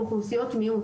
באוכלוסיות מיעוט.